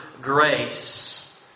grace